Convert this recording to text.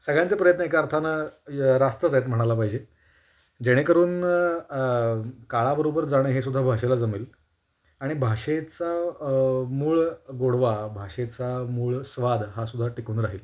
सगळ्यांचे प्रयत्न एका अर्थानं रास्तच आहेत म्हणायला पाहिजे जेणेकरून काळाबरोबर जाणं हेसुद्धा भाषेला जमेल आणि भाषेचा मूळ गोडवा भाषेचा मूळ स्वाद हासुद्धा टिकून राहील